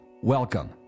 Welcome